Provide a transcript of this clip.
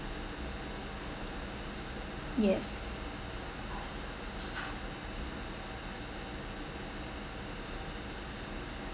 yes